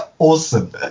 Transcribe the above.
Awesome